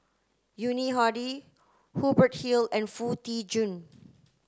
Yuni Hadi Hubert Hill and Foo Tee Jun